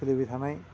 सोलिबाय थानाय